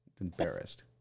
Embarrassed